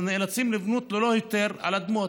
ונאלצים לבנות ללא היתר על אדמות.